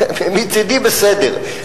נעשה שלום גם עם אירן, מצדי בסדר.